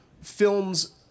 films